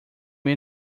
may